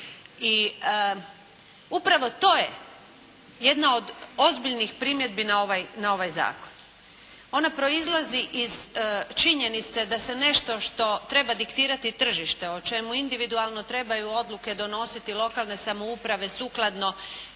I upravo to je jedna od ozbiljnih primjedbi na ovaj zakon. Ona proizlazi iz činjenice da se nešto što treba diktirati tržište, o čemu individualno trebaju odluke donositi lokalne samouprave sukladno